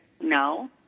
no